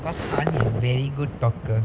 cause sun's very good talker